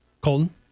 Colton